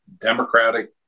democratic